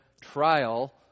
trial